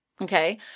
okay